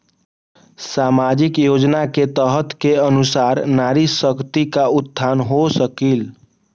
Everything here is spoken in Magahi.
सामाजिक योजना के तहत के अनुशार नारी शकति का उत्थान हो सकील?